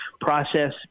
process